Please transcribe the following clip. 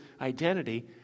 identity